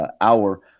hour